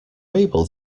able